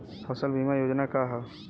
फसल बीमा योजना का ह?